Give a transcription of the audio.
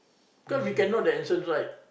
cause we can know the answers right